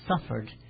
suffered